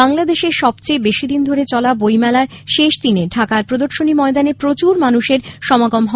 বাংলাদেশের সবচেয়ে বেশীদিন ধরে চলা বইমেলার শেষদিনে ঢাকার প্রদর্শনী ময়দানে প্রচুর মানুষের সমাগম হয়